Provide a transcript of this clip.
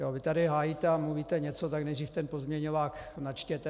Vy tady hájíte a mluvíte něco, tak nejdříve pozměňovák načtěte.